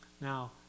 Now